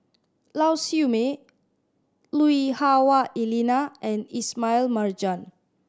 Lau Siew Mei Lui Hah Wah Elena and Ismail Marjan